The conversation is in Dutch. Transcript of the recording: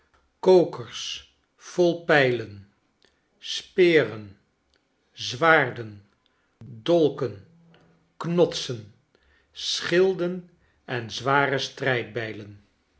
kokers vol pijlen speren zwaarden dolken knotsen schilden en zware strijdbijlen